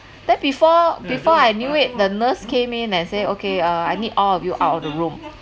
then before before I knew it the nurse came in and say okay uh I need all of you out of the room